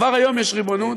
כבר היום יש ריבונות,